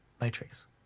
Matrix